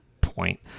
point